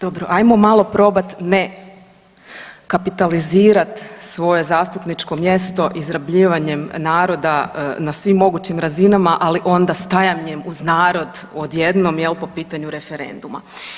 Dobro, ajmo malo probat ne kapitalizirat svoje zastupničko mjesto izrabljivanjem naroda na svim mogućim razinama, ali onda stajanjem uz narod odjednom jel po pitanju referenduma.